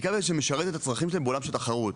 בעיקר שזה משרת את הצרכים שלהם בעולם של תחרות.